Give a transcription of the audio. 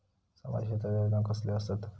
सामाजिक क्षेत्रात योजना कसले असतत?